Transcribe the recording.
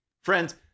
Friends